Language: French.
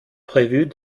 prévus